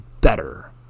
better